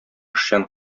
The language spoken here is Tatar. эшчән